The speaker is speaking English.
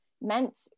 meant